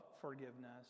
forgiveness